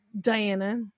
Diana